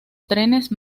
trenes